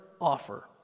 offer